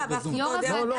היא